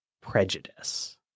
prejudice